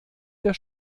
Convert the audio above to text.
der